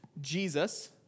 Jesus